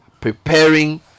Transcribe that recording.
preparing